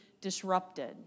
disrupted